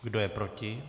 Kdo je proti?